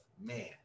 man